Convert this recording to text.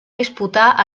disputar